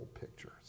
pictures